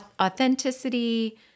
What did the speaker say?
authenticity